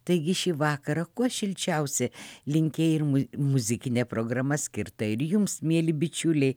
taigi šį vakarą kuo šilčiausi linkėjimai muzikinė programa skirta ir jums mieli bičiuliai